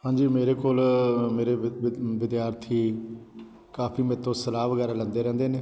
ਹਾਂਜੀ ਮੇਰੇ ਕੋਲ ਮੇਰੇ ਵਿਦਿਆਰਥੀ ਕਾਫ਼ੀ ਮੇਰੇ ਤੋਂ ਸਲਾਹ ਵਗੈਰਾ ਲੈਂਦੇ ਰਹਿੰਦੇ ਨੇ